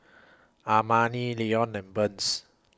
Amani Lenon and Burns